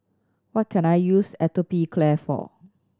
what can I use Atopiclair for